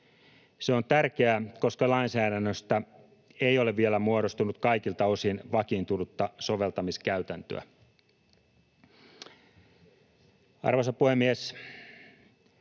Se on tärkeää, koska lainsäädännöstä ei ole vielä muodostunut kaikilta osin vakiintunutta soveltamiskäytäntöä. Arvoisa puhemies!